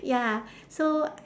ya so